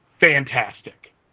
fantastic